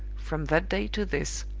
from that day to this.